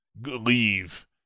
leave